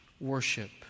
Worship